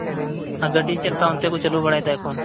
ᱦᱩᱸ ᱟᱨ ᱜᱟᱹᱰᱤ ᱪᱮᱫᱞᱮᱠᱟ ᱚᱱᱛᱮ ᱠᱚ ᱪᱟᱞᱩ ᱵᱟᱲᱟᱭᱮᱫᱟ ᱮᱠᱷᱚᱱ